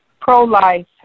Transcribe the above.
Pro-life